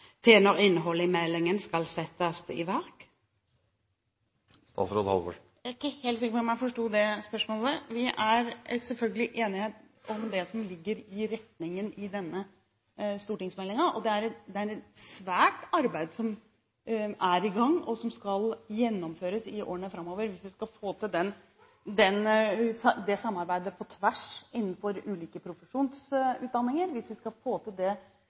innholdet i meldingen skal settes i verk? Jeg er ikke helt sikker på om jeg forsto det spørsmålet. Vi er selvfølgelig enige om det som er retningen i denne stortingsmeldingen. Det er et svært arbeid som er i gang, og som skal gjennomføres i årene framover, hvis vi skal få til et samarbeid på tvers av og innenfor ulike profesjonsutdanninger, hvis vi skal få til